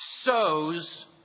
sows